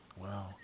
Wow